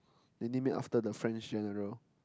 they name it after the French general